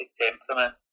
temperament